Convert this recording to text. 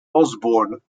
osbourne